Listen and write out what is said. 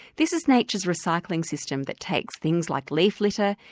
this is nature's recycling system that takes things like leaf litter,